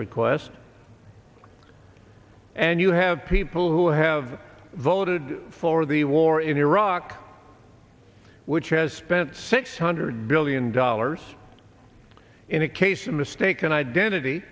request and you have people who have voted for the war in iraq which has spent six hundred billion dollars in a case of mistaken identity